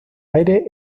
aire